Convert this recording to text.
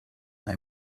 they